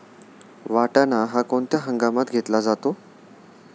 वाटाणा हा कोणत्या हंगामात घेतला जातो?